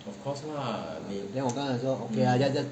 then 我跟他讲说 just just